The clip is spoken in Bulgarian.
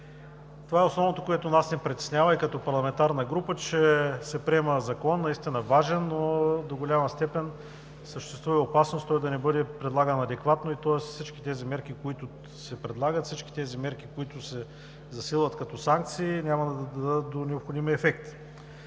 Това е основното, което ни притеснява и като парламентарна група, че се приема Закон, наистина важен, но до голяма степен съществува опасност той да не бъде прилаган адекватно. Тоест всички тези мерки, които се предлагат, които се засилват като санкции, няма да доведат до необходимия ефект.